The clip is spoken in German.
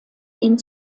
ihn